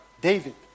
David